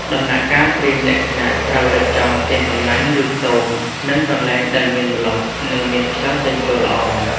ដំណាក់កាលត្រៀមលក្ខណៈត្រូវរៀបចំផ្ទះសំណាញ់ ឬខ្ទម និងកន្លែងដែលមានម្លប់ និងមានខ្យល់ចេញចូលល្អ។